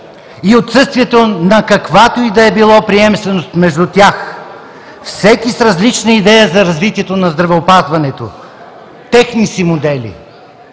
и отсъствието на каквато и да е приемственост между тях – всеки с различна идея за развитието на здравеопазването, техни си модели.